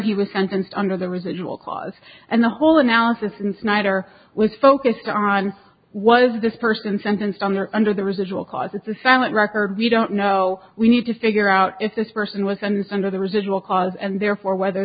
he was sentenced under the residual clause and the whole analysis in snyder was focused on was this person sentenced under under the residual cause it's a silent record we don't know we need to figure out if this person was and under the residual cause and therefore whether